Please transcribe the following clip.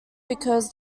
because